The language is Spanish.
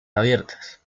abiertas